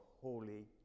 holy